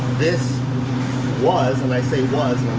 this was, and i say was,